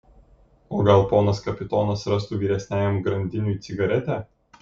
o gal ponas kapitonas rastų vyresniajam grandiniui cigaretę